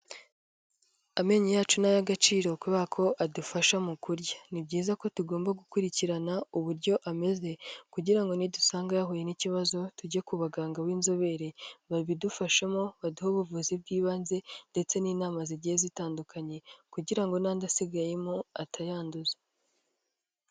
Amenyo yacu ni ay'agaciro kubera ko adufasha mu kurya, ni byiza ko tugomba gukurikirana uburyo ameze kugira ngo nidusanga yahuye n'ikibazo tujye ku baganga b'inzobere, babidufashemo baduhe ubuvuzi bw'ibanze ndetse n'inama zigiye zitandukanye kugira ngo n'andi asigayemo atayanduza.